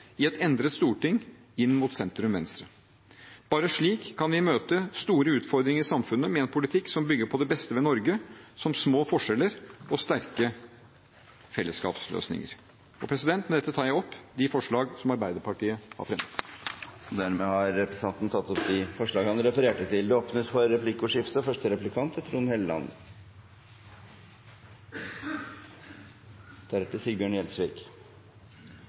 i et endret storting inn mot sentrum–venstre. Bare slik kan vi møte store utfordringer i samfunnet med en politikk som bygger på det beste ved Norge, som små forskjeller og sterke fellesskapsløsninger. Med dette tar jeg opp forslagene fra Arbeiderpartiet. Representanten Jonas Gahr Støre har tatt opp de forslagene han refererte til. Det blir replikkordskifte. Etter en lang og spennende valgkamp og etter mange runder med evalueringer og diskusjoner om hva som gikk galt for